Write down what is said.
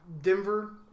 Denver